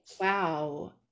wow